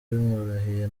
bimworoheye